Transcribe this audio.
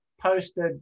posted